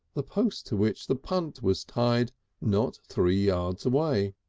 the post to which the punt was tied not three yards away.